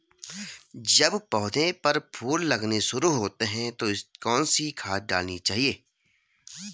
जब पौधें पर फूल लगने शुरू होते हैं तो कौन सी खाद डालनी चाहिए?